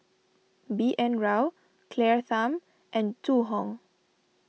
B N Rao Claire Tham and Zhu Hong